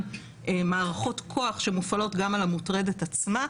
מערכות כוח שמופעלות גם על המוטרדת עצמה,